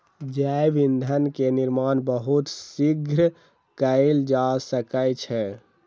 जैव ईंधन के निर्माण बहुत शीघ्र कएल जा सकै छै